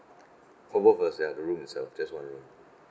for both of us ya the room itself just one room